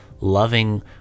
loving